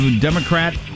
Democrat